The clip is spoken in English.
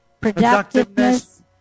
productiveness